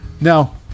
Now